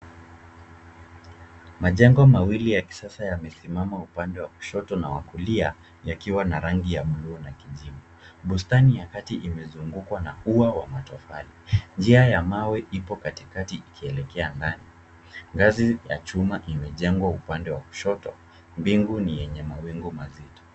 Majengo mawili ya kisasa yamesimama upande wa kushoto na wa kulia yakiwa na rangi ya bluu na kijivu. Bustani ya kati imezungukwa na ua wa matofali. Njia ya mawe ipo katikati ikielekea ndani. Ngazi ya chuma imejengwa upande wa kushoto. Mbingu ni yenye mawingu mazito.